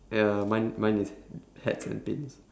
ya mine mine is hats and pins